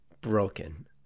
broken